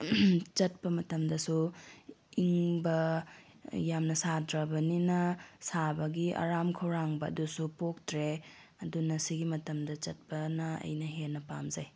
ꯆꯠꯄ ꯃꯇꯝꯗꯁꯨ ꯏꯪꯕ ꯌꯥꯝꯅ ꯁꯥꯗ꯭ꯔꯕꯅꯤꯅ ꯁꯥꯕꯒꯤ ꯑꯔꯥꯝ ꯈꯧꯔꯥꯡꯕ ꯑꯗꯨꯁꯨ ꯄꯣꯛꯛꯇ꯭ꯔꯦ ꯑꯗꯨꯅ ꯁꯤꯒꯤ ꯃꯇꯝꯗ ꯆꯠꯄꯅ ꯑꯩꯅ ꯍꯦꯟꯅ ꯄꯥꯝꯖꯩ